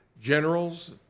generals